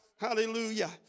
Hallelujah